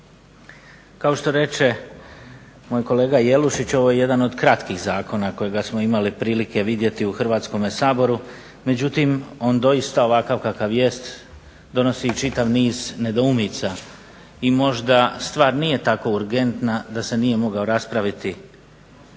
Kao što reče moj kolega Jelušić ovo je jedan od kratkih zakona kojega smo imali prilike vidjeti u Hrvatskome saboru, međutim on doista ovakav kakav jest donosi čitav niz nedoumica. I možda stvar nije tako urgentna da se nije moglo raspraviti